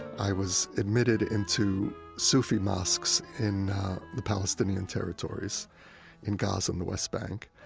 i was admitted into sufi mosques in the palestinian territories in gaza and the west bank,